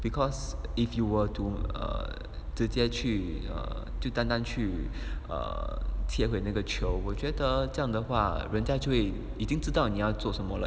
because if you were to err 直接去 err 就单单去 err 接回那个球我觉得这样的话人家就会以经知道你要做什么了